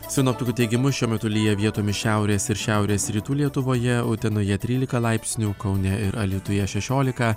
sinoptikų teigimu šiuo metu lyja vietomis šiaurės ir šiaurės rytų lietuvoje utenoje trylika laipsnių kaune ir alytuje šešiolika